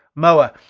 moa,